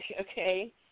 okay